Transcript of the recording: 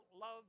love